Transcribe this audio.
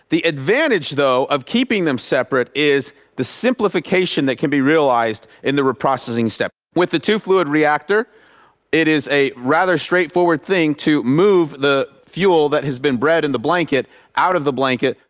the advantage though, of keeping them separate, is the simplification that can be realized in the reprocessing step. with the two fluid reactor it is a straightforward thing to move the fuel that has been bred in the blanket out of the blanket,